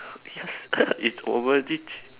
yes it's